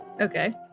Okay